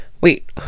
Wait